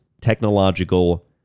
technological